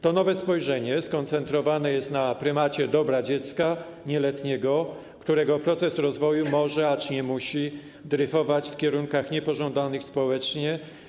To nowe spojrzenie skoncentrowane jest na prymacie dobra dziecka nieletniego, którego proces rozwoju może, acz nie musi dryfować w kierunkach niepożądanych społecznie.